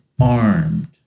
armed